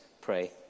pray